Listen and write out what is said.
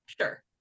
Sure